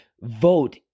vote